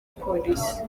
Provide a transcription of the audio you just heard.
police